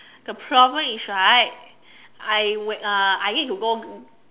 the problem is right I will uh I need to go